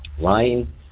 lying